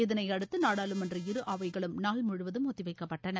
இதனையடுத்து நாடாளுமன்ற இரு அவைகளும் நாள் முழுவதும் ஒத்திவைக்கப்பட்டன